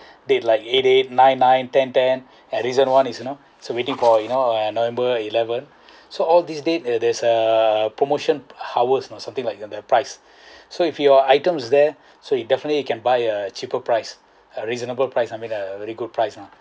they'd like eight eight nine nine ten ten and recently is one you know so waiting for you know a number eleven so all these days there's uh promotion harvest or something like the price so if your items is there so you definitely you can buy a cheaper price a reasonable price I mean a very good price ah